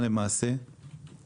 אנשי טבריה גם הגיעו אלינו פעמיים,